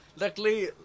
luckily